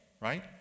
right